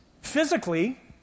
Physically